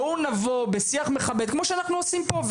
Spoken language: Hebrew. אפשר לבוא ולנהל שיח מכבד כמו שאנחנו עושים פה.